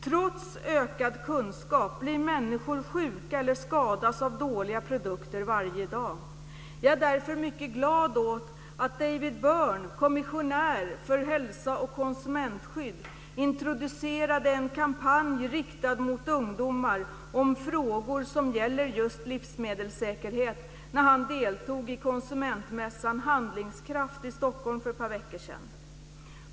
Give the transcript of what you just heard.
Trots ökad kunskap blir människor sjuka eller skadas av dåliga produkter varje dag. Jag är därför mycket glad att David Byrne, kommissionär för hälsa och konsumentskydd, introducerade en kampanj riktad mot ungdomar om frågor som gäller just livsmedelssäkerhet när han deltog i konsumentmässan Handlings Kraft i Stockholm för ett par veckor sedan.